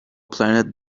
planet